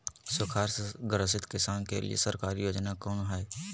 सुखाड़ से ग्रसित किसान के लिए सरकारी योजना कौन हय?